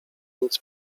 nic